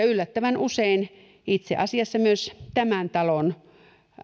yllättävän usein itse asiassa myös tämän talon